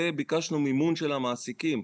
וביקשנו מימון של המעסיקים.